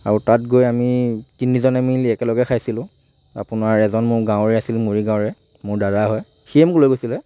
আৰু তাত গৈ আমি তিনিজনে মিলি একেলগে খাইছিলোঁ আপোনাৰ এজন মোৰ গাঁৱৰে আছিল মৰিগাঁৱৰে মোৰ দাদা হয় সিয়ে মোক লৈ গৈছিলে